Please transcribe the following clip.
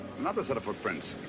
another set of footprints.